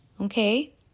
okay